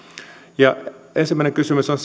toinen kysymys on